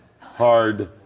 hard